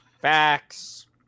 Facts